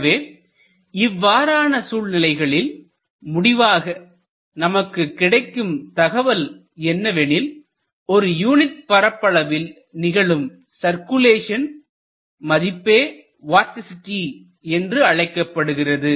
எனவே இவ்வாறான சூழ்நிலைகளில் முடிவாக நமக்கு கிடைக்கும் தகவல் என்னவெனில் ஒரு யூனிட் பரப்பளவில் நிகழும் சர்க்குலேஷன் மதிப்பே வார்டிசிட்டி என்றழைக்கப்படுகிறது